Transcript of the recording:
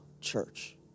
church